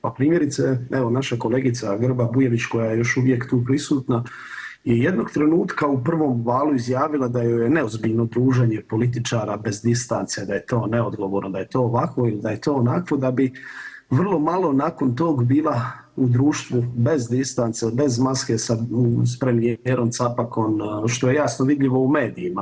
Pa primjerice, evo naša kolegica Grba Bujević koja je još uvijek tu prisutna i jednog trenutka u prvom valu izjavila da joj je neozbiljno pružanje političara bez distance, da je to neodgovorno, da je to ovakvo ili da je to onakvo da bi vrlo malo nakon tog bila u društvu bez distance, bez maske sa premijerom, Capakom što je jasno vidljivo u medijima.